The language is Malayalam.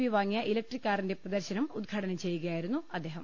ബി വാങ്ങിയ ഇലക്ട്രിക്ക് കാറിന്റെ പ്രദർശനം ഉദ്ഘാടനം ചെയ്യുകയായിരുന്നു അദ്ദേഹം